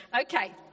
Okay